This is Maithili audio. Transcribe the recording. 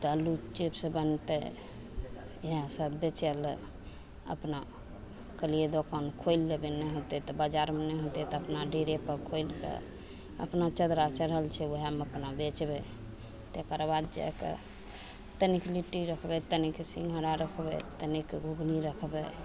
तऽ आलूके चिप्स बनतय इएह सब बेचय लए अपना कहलियै दोकान खोलि लेबय नहि होतय तऽ बजारमे नहि होतय तऽ अपना डेरेपर खोलिके अपना चदरा चढ़ल छै वएहमे अपना बेचबय तकर बाद जाके तनिक लिट्टी रखबय तनिक सिंघारा रखबय तनिक घूघनी रखबय